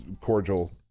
cordial